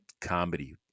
Comedy